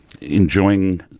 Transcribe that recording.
enjoying